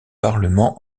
parlement